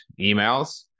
emails